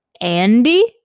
andy